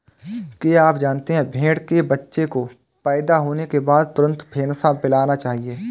क्या आप जानते है भेड़ के बच्चे को पैदा होने के बाद तुरंत फेनसा पिलाना चाहिए?